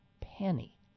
penny